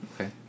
Okay